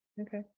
Okay